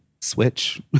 Switch